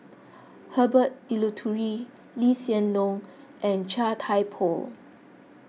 Herbert Eleuterio Lee Hsien Loong and Chia Thye Poh